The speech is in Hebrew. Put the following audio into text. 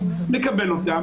נקבל אותם,